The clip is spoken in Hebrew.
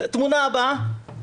התמונה הבאה